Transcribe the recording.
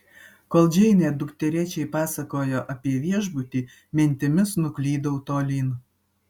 kol džeinė dukterėčiai pasakojo apie viešbutį mintimis nuklydau tolyn